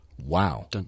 Wow